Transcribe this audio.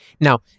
Now